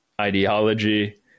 ideology